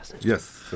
Yes